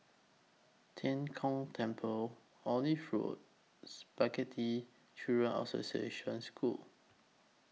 Tian Kong Temple Olive Road Spastic Children's Association School